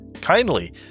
Kindly